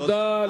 תודה.